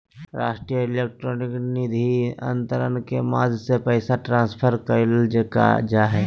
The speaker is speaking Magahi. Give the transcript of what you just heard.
राष्ट्रीय इलेक्ट्रॉनिक निधि अन्तरण के माध्यम से पैसा ट्रांसफर करल जा हय